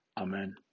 Amen